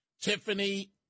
Tiffany